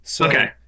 Okay